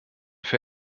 für